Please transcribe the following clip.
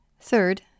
Third